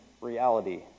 reality